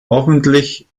hoffentlich